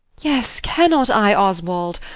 yes, cannot i, oswald?